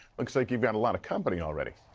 looks like you've got a lot of company already.